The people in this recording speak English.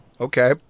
Okay